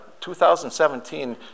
2017